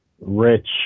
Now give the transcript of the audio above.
rich